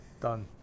Done